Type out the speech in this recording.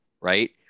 right